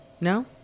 no